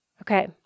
Okay